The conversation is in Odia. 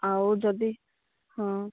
ଆଉ ଯଦି ହଁ